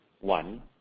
one